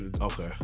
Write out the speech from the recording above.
Okay